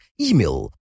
email